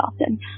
often